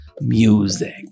music